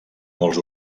molts